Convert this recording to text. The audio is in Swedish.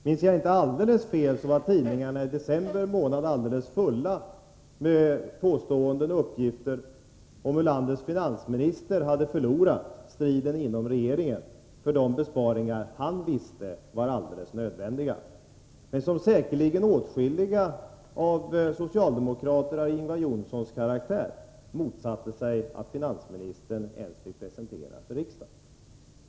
Minns jag inte alldeles fel var tidningarna i december månad fulla med påståenden och uppgifter om hur landets finansminister hade förlorat striden inom regeringen för de besparingar han visste var alldeles nödvändiga, men som säkerligen åtskilliga socialdemokrater av Ingvar Johnssons karaktär motsatte sig att finansministern ens fick presentera för riksdagen.